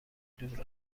دور